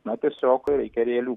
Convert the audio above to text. na tiesiog reikia realių